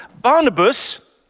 Barnabas